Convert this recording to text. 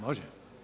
Može?